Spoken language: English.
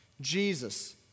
Jesus